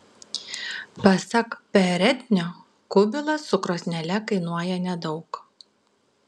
pasak perednio kubilas su krosnele kainuoja nedaug